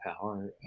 power